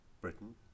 Britain